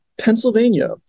Pennsylvania